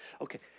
Okay